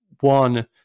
one